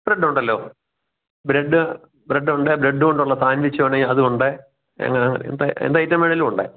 bread ഉണ്ടല്ലോ bread ബ്രഡുണ്ട് bread കൊണ്ടുള്ള സാൻവിച്ച് വേണമെങ്കിൽ അതുമുണ്ട് എന്തെ എന്ത് ഐറ്റം വേണമെങ്കിലും ഉണ്ട്